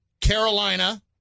Carolina